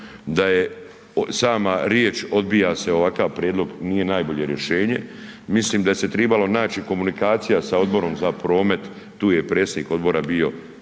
da je sama riječ odbija se ovakav prijedlog nije najbolje rješenje. Mislim da se tribalo naši komunikacija sa Odborom za promet, tu je predsjednik odbora bio